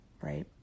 Right